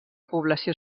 població